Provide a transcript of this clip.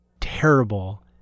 terrible